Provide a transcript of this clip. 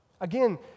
again